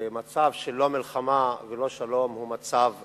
ומצב של לא מלחמה ולא שלום הוא מצב זמני,